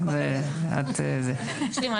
הבן שלי,